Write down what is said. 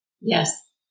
Yes